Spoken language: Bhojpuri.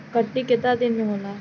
कटनी केतना दिन मे होला?